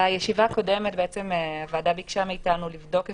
בישיבה הקודמת הוועדה ביקשה מאיתנו לבדוק אפשרויות,